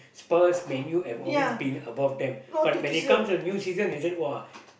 Spurs Man-U has always been above them but when it comes to a new season they said !wah!